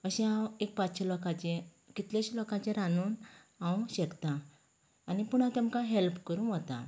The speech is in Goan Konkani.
अशें हांव एक पांचशें लोकांचे कितलेशें लोकांचे रांदूंक हांव शकतां आनी पूण आता आमकां हॅल्प करूंक वता